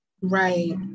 right